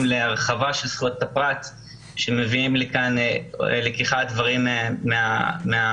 להרחבה של זכויות הפרט שמביאים לכדי לקיחת --- מהאזרחים,